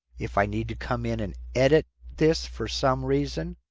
if i need to come in and edit this for some reason.